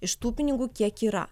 iš tų pinigų kiek yra